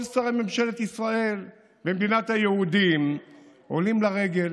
כל שרי ממשלת ישראל במדינת היהודים עולים לרגל,